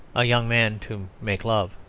a young man to make love